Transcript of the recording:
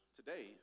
today